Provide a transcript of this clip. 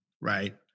right